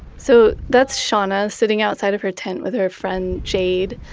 so that's shauna sitting outside of her tent with her friend jade.